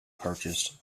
purchased